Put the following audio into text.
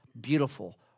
beautiful